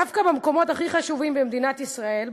דווקא במקומות הכי חשובים במדינת ישראל,